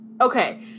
Okay